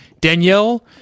Danielle